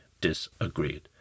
disagreed